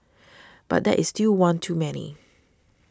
but that is still one too many